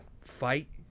Fight